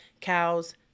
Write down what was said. Cows